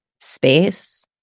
space